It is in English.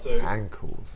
ankles